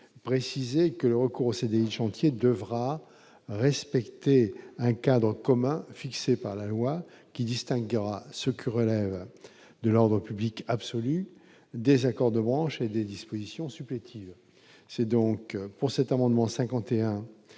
préciser que le recours aux CDI chantier devra respecter un cadre commun fixé par la loi qui distinguera ce qui relève de l'ordre public absolue déjà de branches des dispositions supplétives c'est donc pour cet amendement 51